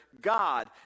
God